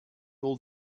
all